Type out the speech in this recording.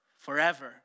forever